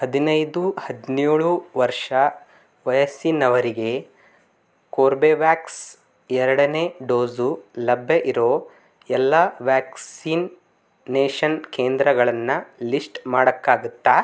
ಹದಿನೈದು ಹದಿನೇಳು ವರ್ಷ ವಯಸ್ಸಿನವರಿಗೆ ಕೋರ್ಬೆವ್ಯಾಕ್ಸ್ ಎರಡನೇ ಡೋಸು ಲಭ್ಯ ಇರೋ ಎಲ್ಲ ವ್ಯಾಕ್ಸಿನೇಷನ್ ಕೇಂದ್ರಗಳನ್ನು ಲಿಸ್ಟ್ ಮಾಡಕ್ಕಾಗುತ್ತಾ